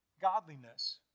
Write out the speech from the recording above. Godliness